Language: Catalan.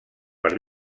per